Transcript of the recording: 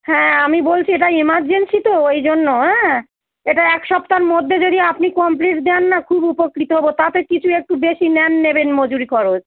হ্যাঁ আমি বলছি এটা এমার্জেন্সি তো ওই জন্য অ্যা এটা এক সপ্তহর মধ্যে যদি আপনি কমপ্লিট দেন না খুবই উপকৃত হব তাতে যদি একটু বেশি নেন নেবেন মজুরি খরচ